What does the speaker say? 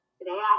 Today